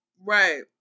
Right